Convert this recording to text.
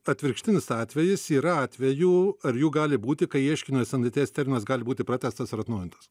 atvirkštinis atvejis yra atvejų ar jų gali būti kai ieškinio senaties terminas gali būti pratęstas ar atnaujintas